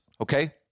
okay